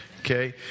okay